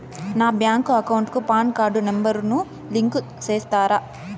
నా bank account కు PAN card number ను లింకు సేస్తారా?